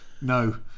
no